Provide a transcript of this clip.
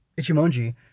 ichimonji